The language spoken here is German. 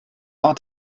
ort